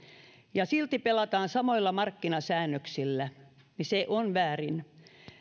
ja silti pelataan samoilla markkinasäännöksillä se on väärin